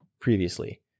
previously